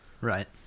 Right